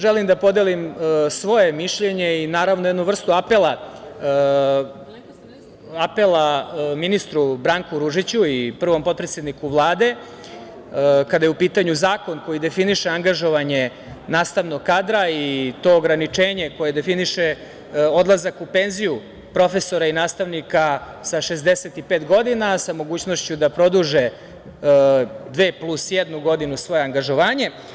Želim da podelim svoje mišljenje i, naravno, jednu vrstu apela ministru Branku Ružiću i prvom potpredsedniku Vlade kada je u pitanju zakon koji definiše angažovanje nastavnog kadra i to ograničenje koje definiše odlazak u penziju profesora i nastavnika sa 65 godina, sa mogućnošću da produže dve plus jednu godinu svoje angažovanje.